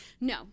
No